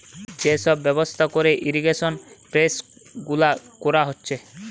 যে সব ব্যবস্থা কোরে ইরিগেশন প্রসেস গুলা কোরা হচ্ছে